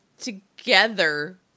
together